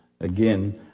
again